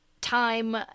time